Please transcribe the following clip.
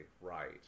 right